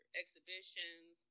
exhibitions